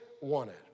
wanted